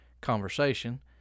conversation